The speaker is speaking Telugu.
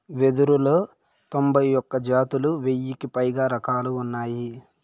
వెదురులో తొంభై ఒక్క జాతులు, వెయ్యికి పైగా రకాలు ఉన్నాయి